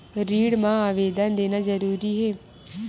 ऋण मा आवेदन देना जरूरी हे?